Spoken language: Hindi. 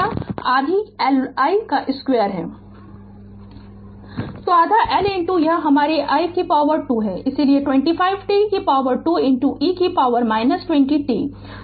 Refer Slide Time 2338 तो आधा L यह हमारे i 2 है इसलिए 25 t 2 e की पॉवर 20 t